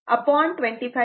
39 25 5